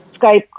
Skype